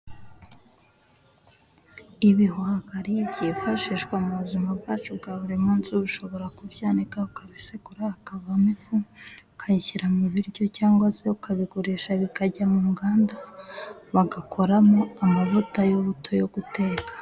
Ibihwagari byifashishwa mu buzima bwacu bwa buri munsi, ushobora kubyanika ukabisekura hakavamo ifu, ukayishyira mu biryo cyangwa se ukabigurisha bikajya mu nganda bagakoramo amavuta y'ubuto yo guteka.